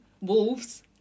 Wolves